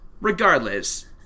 Regardless